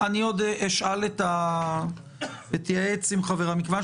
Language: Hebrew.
אני אתייעץ עם חברתי